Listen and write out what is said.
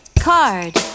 card